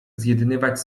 zjednywać